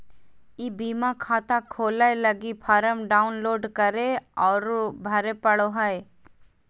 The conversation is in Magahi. ई बीमा खाता खोलय लगी फॉर्म डाउनलोड करे औरो भरे पड़ो हइ